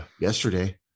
yesterday